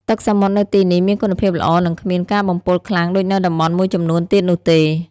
ទឹកសមុទ្រនៅទីនេះមានគុណភាពល្អ និងគ្មានការបំពុលខ្លាំងដូចនៅតំបន់មួយចំនួនទៀតនោះទេ។